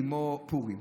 כמו פורים,